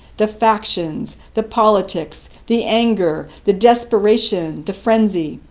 the factions, the politics, the anger, the desperation, the frenzy.